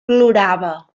plorava